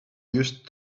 used